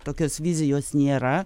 tokios vizijos nėra